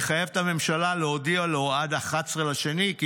לחייב את הממשלה להודיע לו עד 11 בפברואר כי